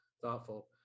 thoughtful